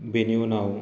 बेनि उनाव